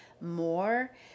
more